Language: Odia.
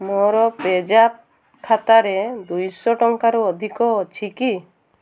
ମୋର ପେଜ୍ ଆପ୍ ଖାତାରେ ଦୁଇଶହ ଟଙ୍କାରୁ ଅଧିକ ଅଛି କି